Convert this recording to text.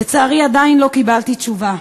לצערי, עדיין לא קיבלתי תשובה.